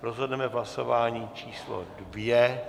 Rozhodneme v hlasování číslo 2.